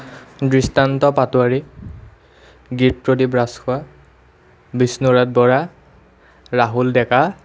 দৃষ্টান্ত পাটোৱাৰী গীত্ৰদেৱ ৰাজখোৱা বিষ্ণুৰথ বৰা ৰাহুল ডেকা